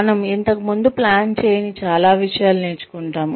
మనం ఇంతకుముందు ప్లాన్ చేయని చాలా విషయాలు నేర్చుకుంటాము